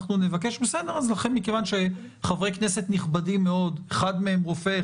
אז מכיוון שחברי כנסת נכבדים מאוד אחד מהם רופא,